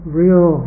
real